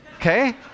okay